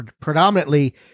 predominantly